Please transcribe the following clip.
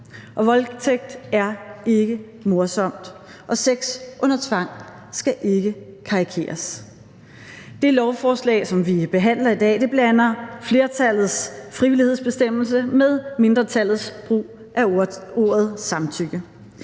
voldtægt er ikke morsomt, og sex under tvang skal ikke karikeres. Det lovforslag, som vi behandler i dag, blander flertallets frivillighedsbestemmelse sammen med mindretallets brug af ordet samtykke.